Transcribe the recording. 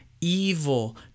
evil